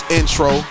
intro